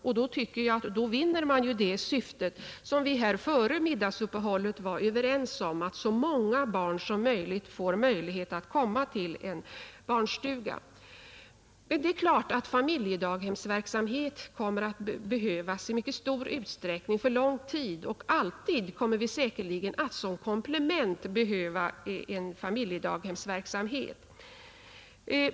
Och då vinner man ju, tycker jag, det syfte som vi här före middagsuppehållet var överens om, att så många barn som möjligt kan få komma till en barnstuga. Det är klart att familjedaghemsverksamhet kommer att behövas i mycket stor utsträckning för lång tid framåt — vi kommer säkerligen alltid att som komplement behöva en familjedaghemsverksamhet.